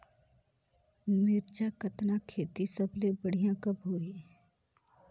मिरचा कतना खेती सबले बढ़िया कब होही?